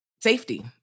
safety